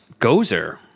Gozer